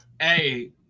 Hey